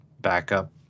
backup